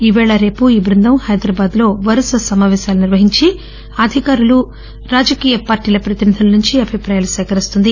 ఈరోజు రేపు ఈ బృందం హైదరాబాదులో వరుస సమాపేశాలను నిర్వహజంచి అధికారులు రాజకీయ పార్టీల ప్రతినిధుల నుంచి అభిప్రాయాలు సేకరించనుంది